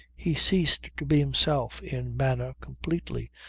he ceased to be himself in manner completely,